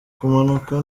kumanuka